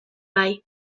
bai